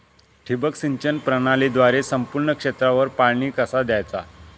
ठिबक सिंचन प्रणालीद्वारे संपूर्ण क्षेत्रावर पाणी कसा दयाचा?